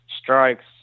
strikes